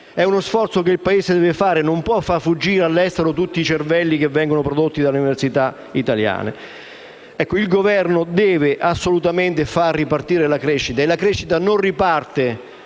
è uno sforzo che il Paese deve fare, non può far fuggire all'estero tutti i cervelli formati dalle università italiane! Il Governo deve assolutamente far ripartire la crescita, e la crescita non riparte